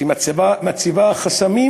שמציבה חסמים